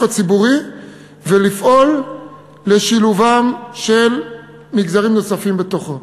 הציבורי ולפעול לשילובם של מגזרים נוספים בתוכו.